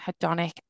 hedonic